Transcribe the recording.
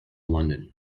london